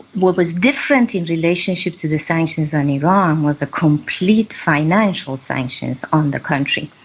what was different in relationships with the sanctions on iran was a complete financial sanctions on the country,